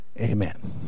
Amen